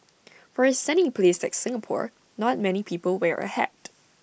for A sunny place like Singapore not many people wear A hat